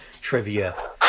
trivia